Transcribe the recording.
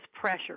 pressure